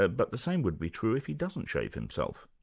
ah but the same would be true if he doesn't shave himself.